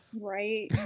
right